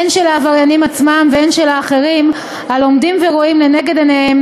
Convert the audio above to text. הן של העבריינים עצמם והן של האחרים הלומדים ורואים לנגד עיניהם